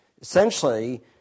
essentially